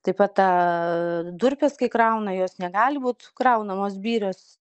taip pat tą durpes kai krauna jos negali būt kraunamos birios